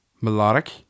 melodic